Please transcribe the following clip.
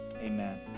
Amen